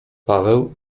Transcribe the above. paweł